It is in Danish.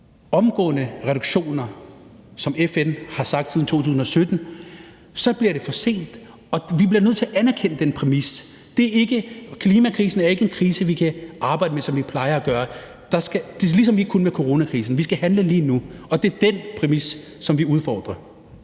omgående reduktioner, sådan som FN har sagt siden 2017, bliver det for sent. Vi bliver nødt til at anerkende den præmis. Klimakrisen er ikke en krise, vi kan arbejde med, som vi plejer at gøre, ligesom vi heller ikke kunne med coronakrisen. Vi skal handle lige nu, og det er den præmis, som vi udfordrer.